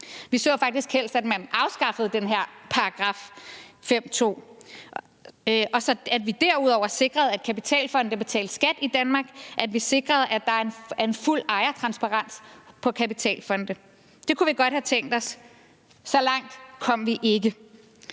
Vi så faktisk helst, at man havde afskaffet den her § 5, stk. 2, og at vi derudover sikrede, at kapitalfonde betaler skat i Danmark, og at vi sikrede, at der er en fuld ejertransparens på kapitalfonde. Det kunne vi godt have tænkt os, men så langt kom vi ikke.